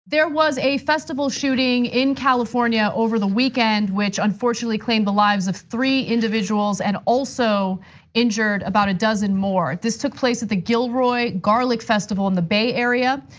there was a festival shooting in california over the weekend which unfortunately claimed the lives of three individuals and also injured about a dozen more. this took place at the gilroy garlic festival in the bay area.